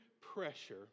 pressure